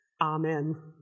Amen